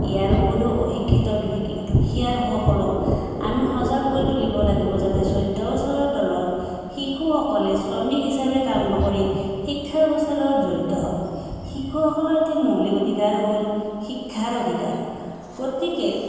ইয়াৰোপৰিও অশিক্ষিত দু দুখীয়া লোকসকলক আমি সজাগ কৰি তুলিব লাগিব যাতে চৈধ্য বছৰৰ তলৰ শিশুসকলে শ্ৰমিক হিচাপে কাম নকৰি শিক্ষাৰ ব্যৱস্থাৰ লগত জড়িত হয় শিশুসকলৰ এটি মৌলিক অধিকাৰ হ'ল শিক্ষাৰ অধিকাৰ গতিকে